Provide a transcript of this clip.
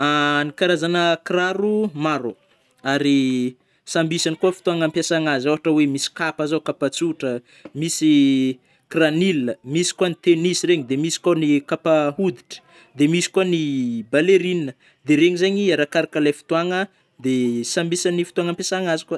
Ny karazagna kiraro maro ary samby isany koa fotoagna ampiasagnazy ôhatra oe misy kapa zao, kapa tsotra misy kiranil, misy koa gny tenisy regny de misy koa gny kapa hoditry, de misy koa ny ballerina de regny zegny arakaraka le fotoagna de samby isan'ny ftoagna ampiasagna azy.